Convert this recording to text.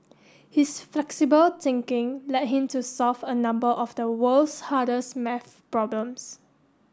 his flexible thinking led him to solve a number of the world's hardest maths problems